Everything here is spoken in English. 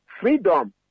freedom